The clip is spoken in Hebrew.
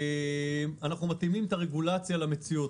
אנחנו מתאימים את הרגולציה למציאות,